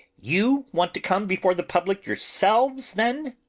you want to come before the public yourselves then?